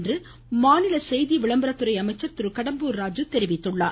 என மாநில செய்தி விளம்பரத்துறை அமைச்சர் திரு கடம்பூர் ராஜு தெரிவித்துள்ளார்